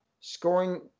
scoring